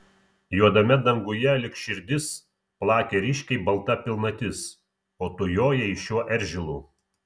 juodame danguje lyg širdis plakė ryškiai balta pilnatis o tu jojai šiuo eržilu